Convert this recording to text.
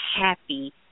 happy